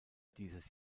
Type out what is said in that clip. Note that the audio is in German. dieses